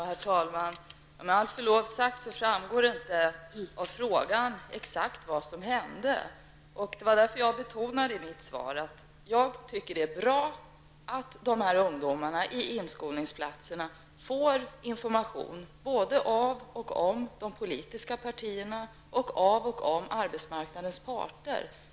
Herr talman! Med förlov sagt framgår det inte av frågan exakt vad som hände. Det var därför jag betonade i mitt svar att jag tycker att det är bra att dessa ungdomar i inskolningsplatserna får information både av och om de politiska partierna och av och om arbetsmarknadens parter.